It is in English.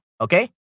Okay